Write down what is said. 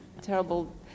terrible